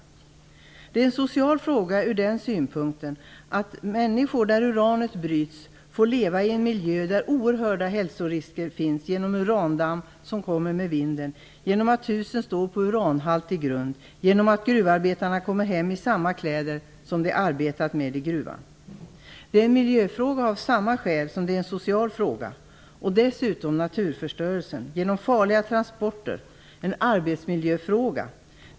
Kärnkraften är en social fråga utifrån det faktum att människorna där uranet bryts får leva i en miljö där det finns oerhörda hälsorisker genom urandamm som kommer med vinden, genom att husen står på uranhaltig grund och genom att gruvarbetarna kommer hem i samma kläder som de haft när de arbetat i gruvan. Kärnkraften är en miljöfråga av samma skäl som det är en social fråga. Dessutom är det genom naturförstörelsen och genom farliga transporter en arbetsmiljöfråga.